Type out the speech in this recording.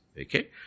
Okay